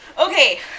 Okay